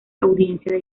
audiencia